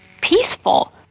peaceful